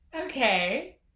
Okay